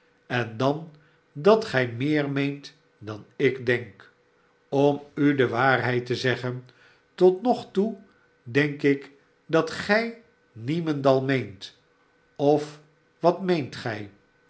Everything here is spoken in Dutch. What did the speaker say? en dan dat gij meer meent dan ik denk om u de waarheid te zeggen tot nog toe denk ik dat gij niemendal meent ofwat meent gij